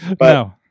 No